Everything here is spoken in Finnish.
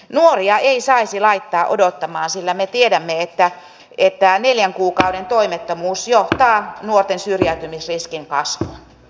nuoria ei saisi laittaa odottamaan sillä me tiedämme että neljän kuukauden toimettomuus johtaa nuorten syrjäytymisriskin kasvuun